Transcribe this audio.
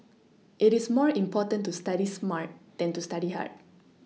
it is more important to study smart than to study hard